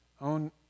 own